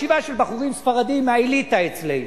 ישיבה של בחורים ספרדים מהאליטה אצלנו,